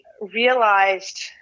realized